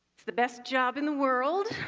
it's the best job in the world.